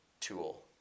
tool